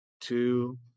two